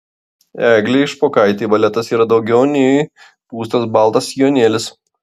eglei špokaitei baletas yra daugiau nei pūstas baltas sijonėlis